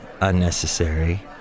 unnecessary